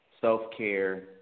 self-care